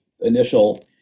initial